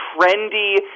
trendy